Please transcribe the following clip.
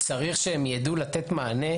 צריך שהם יידעו לתת מענה,